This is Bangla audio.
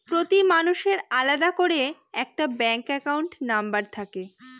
প্রতি মানুষের আলাদা করে একটা ব্যাঙ্ক একাউন্ট নম্বর থাকে